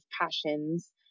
passions